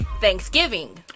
Thanksgiving